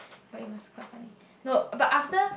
but it was quite funny look but after